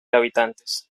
habitantes